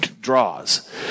draws